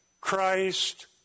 Christ